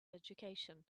education